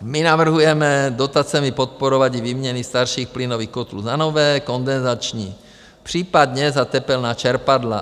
my navrhujeme dotacemi podporovat i výměny starších plynových kotlů za nové kondenzační, případně za tepelná čerpadla.